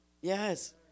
Yes